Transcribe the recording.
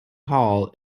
hall